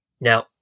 Now